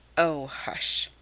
oh, hush!